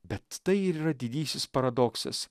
bet tai ir yra didysis paradoksas